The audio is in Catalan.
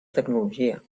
tecnologia